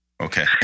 Okay